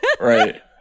right